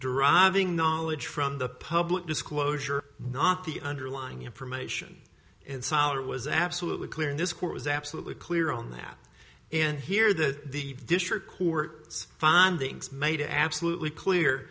deriving knowledge from the public disclosure not the underlying information and sound it was absolutely clear in this court was absolutely clear on that and here that the district court findings made it absolutely clear